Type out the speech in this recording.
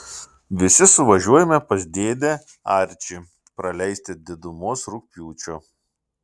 visi suvažiuojame pas dėdę arčį praleisti didumos rugpjūčio